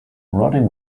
rotting